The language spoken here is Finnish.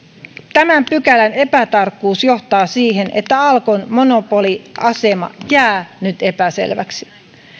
tämän pykälän epätarkkuus johtaa siihen että alkon monopoliasema jää nyt epäselväksi